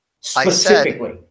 Specifically